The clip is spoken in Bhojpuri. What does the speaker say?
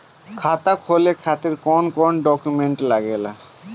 खाता खोले के खातिर कौन कौन डॉक्यूमेंट लागेला?